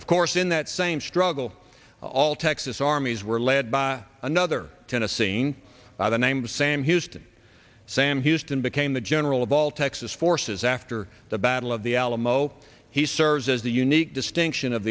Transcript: of course in that same struggle all texas armies were led by another ten a scene by the name of sam houston sam houston became the general of all texas forces after the battle of the alamo he served as the unit distinction of